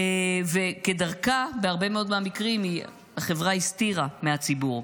וכדרכה בהרבה מאוד מקרים, החברה הסתירה מהציבור,